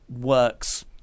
works